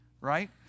right